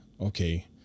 okay